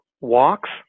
walks